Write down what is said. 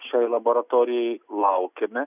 šiai laboratorijai laukiame